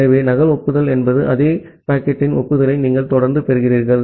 ஆகவே நகல் ஒப்புதல் என்பது அதே பாக்கெட்டின் ஒப்புதலை நீங்கள் தொடர்ந்து பெறுகிறீர்கள்